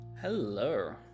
Hello